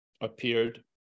appeared